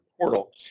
portal